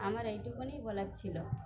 আমার এইটুকুনিই বলার ছিল